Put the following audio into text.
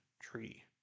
tree